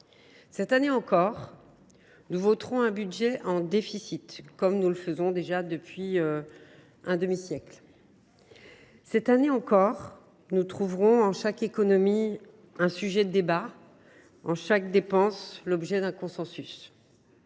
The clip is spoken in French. Cette année encore, nous voterons un budget en déficit, comme nous le faisons déjà depuis un demi siècle. Cette année encore, nous trouverons en chaque économie un sujet de débat, quand chaque dépense fera l’objet d’un consensus.